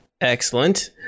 Excellent